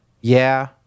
Yeah